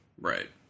Right